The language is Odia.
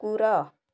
କୁକୁର